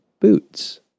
boots